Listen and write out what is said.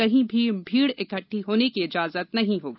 कहीं भी भीड़ इकट्ठा होने की इजाजत नहीं होगी